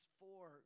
four